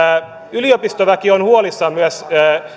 yliopistoväki on huolissaan